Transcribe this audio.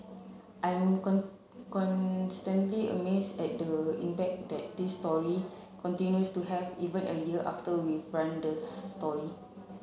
I'm constantly amazed at the impact that this story continues to have even a year after we've run the story